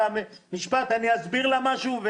במשפט אני אסביר לה משהו,